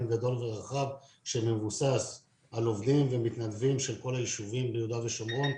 גדול ורחב שמבוסס על עובדים ומתנדבים של כל הישובים ביהודה ושומרון.